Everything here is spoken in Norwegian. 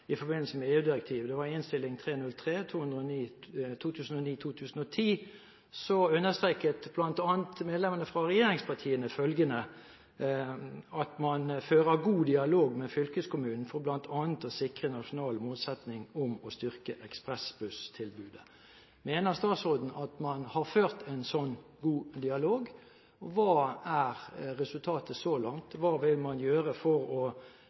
i forbindelse med EU-direktivet, understreket bl.a. medlemmene fra regjeringspartiene at man «fører god dialog med fylkeskommunene for blant annet å sikre nasjonale målsettinger om å styrke ekspressbusstilbudet». Mener statsråden at man har ført en sånn god dialog? Hva er resultatet så langt? Hva vil man gjøre for å